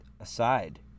aside